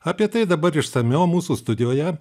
apie tai dabar išsamiau mūsų studijoje